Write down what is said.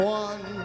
one